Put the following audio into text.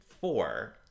four